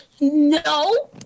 no